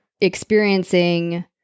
experiencing